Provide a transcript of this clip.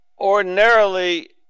ordinarily